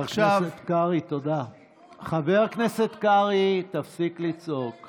ותחת איזה סעיף מינית את שי ניצן לרקטור הספרייה הלאומית?